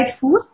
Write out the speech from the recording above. food